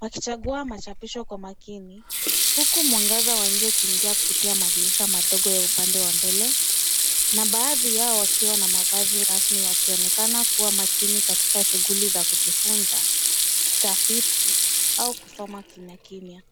wakichagua machapisho kwa makini, huku mwangaza wa nje ukiingia kupitia madirisha madogo ya upande wa mbele na baadhi yao wakiwa na mavazi rasmi wakionekana kuwa makini katika shughuli za kujifunza, kutafiti au kusoma kimyakimya.